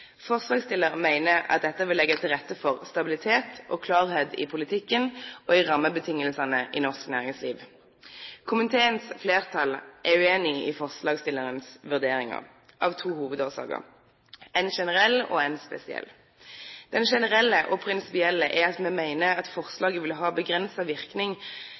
rette for stabilitet og klarhet i politikken og i rammebetingelsene for norsk næringsliv. Komiteens flertall er uenig i forslagsstillernes vurderinger, av to hovedårsaker – en generell og en spesiell. Den generelle og prinsipielle er at vi mener at forslaget vil ha begrensende virkning